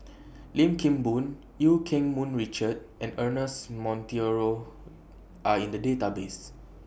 Lim Kim Boon EU Keng Mun Richard and Ernest Monteiro Are in The databases